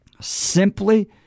simply